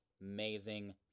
Amazing